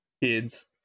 kids